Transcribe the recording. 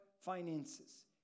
finances